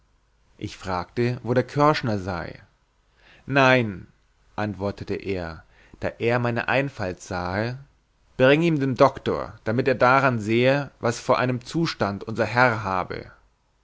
ich fragte wo der körschner sei nein antwortete er da er meine einfalt sahe bring ihn dem doktor damit er daran sehe was vor einen zustand unser herr habe